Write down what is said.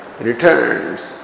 returns